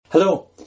Hello